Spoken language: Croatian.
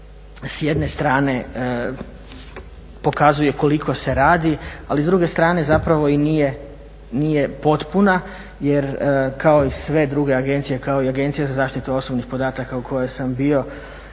s jedne strane, pokazuje koliko se radi ali s druge strane zapravo i nije potpuna. Jer kao i sve druge agencije, kao i Agencija za zaštitu osobnih podataka u kojoj sam bio